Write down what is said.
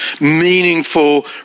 meaningful